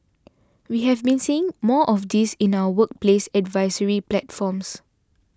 we have been seeing more of this in our workplace advisory platforms